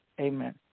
Amen